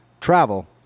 travel